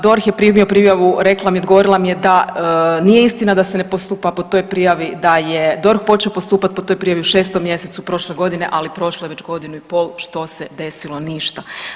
DORH je primio prijavu, rekla mi je odgovorila mi je da nije istina da se ne postupa po toj prijavi, da je DORH počeo postupati po toj prijavi u 6. mjesecu prošle godine, ali prošlo je već godinu i pol, što se desilo, ništa.